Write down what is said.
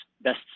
best